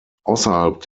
außerhalb